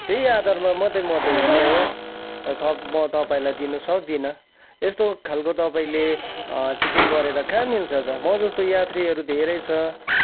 त्यही आधारमा मात्रै म त हिँड्ने हो थप म तपाईँलाई दिनु सक्दिनँ यस्तो खालको तपाईँले चिटिङ गरेर कहाँ मिल्छ त मजस्तो यात्रीहरू धेरै छ